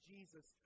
Jesus